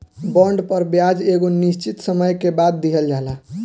bond पर ब्याज एगो निश्चित समय के बाद दीहल जाला